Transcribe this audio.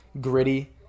gritty